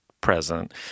present